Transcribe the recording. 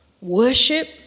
worship